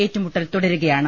ഏറ്റുമുട്ടൽ തുടരുകയാണ്